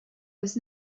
was